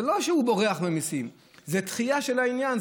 זה לא שהוא בורח ממיסים, זו דחייה של העניין.